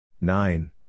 nine